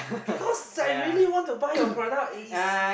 because salary want to buy your product is